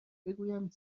بگویند